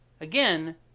Again